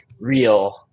real